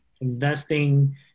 investing